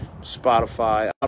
Spotify